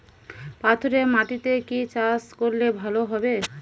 পাথরে মাটিতে কি চাষ করলে ভালো হবে?